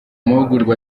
mahugurwa